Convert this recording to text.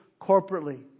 corporately